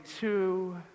two